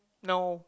no